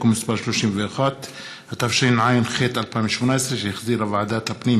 כנסת, אין מתנגדים,